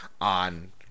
on